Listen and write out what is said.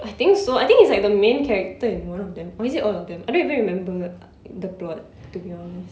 I think so I think he's like the main character in one of them or is it all of them I don't even remember the plot to be honest